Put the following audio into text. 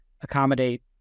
accommodate